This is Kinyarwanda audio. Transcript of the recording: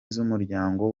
z’umuryango